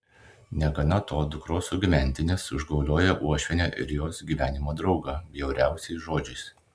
negana to dukros sugyventinis užgaulioja uošvienę ir jos gyvenimo draugą bjauriausiais žodžiais